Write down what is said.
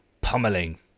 pummeling